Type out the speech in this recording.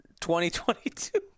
2022